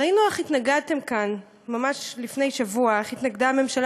ראינו רק לפני שבוע איך התנגדה הממשלה